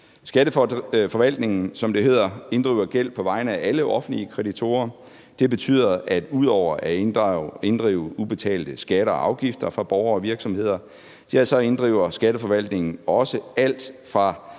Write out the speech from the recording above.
Skatteforvaltningen, som det hedder, inddriver gæld på vegne af alle offentlige kreditorer. Det betyder, at ud over at inddrive ubetalte skatter og afgifter fra borgere og virksomheder, inddriver Skatteforvaltningen også alt fra